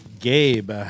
Gabe